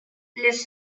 les